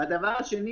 ושנית,